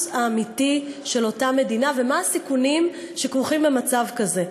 של אותה מדינה ומה הסיכונים שכרוכים במצב כזה.